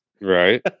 Right